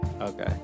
Okay